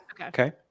Okay